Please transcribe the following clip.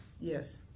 yes